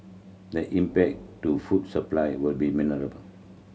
the impact to food supply will be